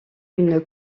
une